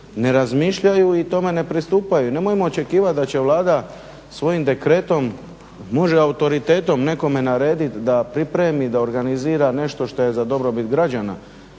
ne razmišljaju i tome ne pristupaju i nemojmo očekivat da će Vlada svojim dekretom, može autoritetom nekome naredit da pripremi, da organizira nešto što je za dobrobit građana.